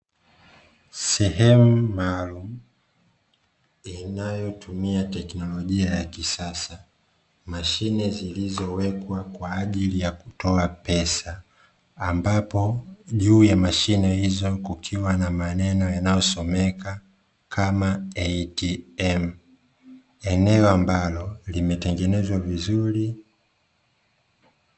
Sehemu maalumu inayotumia teknolojia ya kisasa, mashine zilizowekwa kwa ajili ya kutoa pesa ambapo juu ya mashine hizo kukiwa na maneno yanayosomeka kama "ATM" eneo ambalo limetengenezwa vizuri.